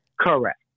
Correct